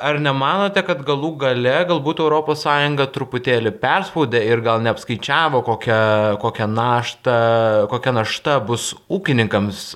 ar nemanote kad galų gale galbūt europos sąjunga truputėlį perspaudė ir gal neapskaičiavo kokią kokią naštą kokia našta bus ūkininkams